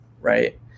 Right